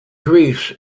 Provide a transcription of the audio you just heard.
greece